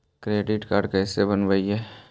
Credit card कैसे बनवाई?